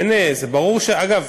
אגב,